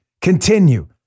continue